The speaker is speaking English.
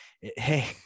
hey